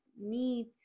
need